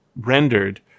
rendered